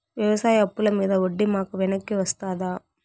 వ్యవసాయ అప్పుల మీద వడ్డీ మాకు వెనక్కి వస్తదా?